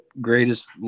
greatest